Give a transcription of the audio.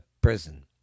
prison